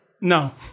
No